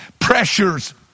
pressures